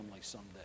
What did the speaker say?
someday